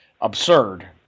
absurd